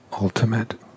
ultimate